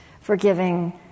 forgiving